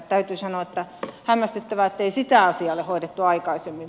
täytyy sanoa että hämmästyttävää ettei sitä asiaa ole hoidettu aikaisemmin